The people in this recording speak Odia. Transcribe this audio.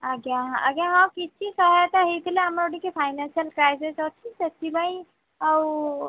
ଆଜ୍ଞା ଆଜ୍ଞା ହଁ କିଛି ସହାୟତା ହୋଇଥିଲେ ଆମର ଟିକିଏ ଫାଇନାନ୍ସିଆଲ୍ କ୍ରାଇସିସ୍ ଅଛି ସେଥିପାଇଁ ଆଉ